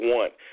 one